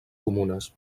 comunes